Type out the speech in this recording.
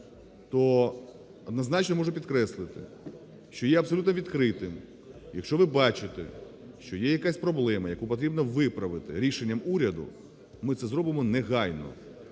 то однозначно можу підкреслити, що я є абсолютно відкритим. Якщо ви бачите, що є якась проблема, яку потрібно виправити рішенням уряду, ми це зробимо негайно.